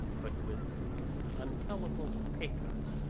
but with untellable pathos,